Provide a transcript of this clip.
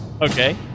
Okay